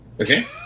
Okay